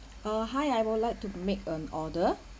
uh hi I would like to make an order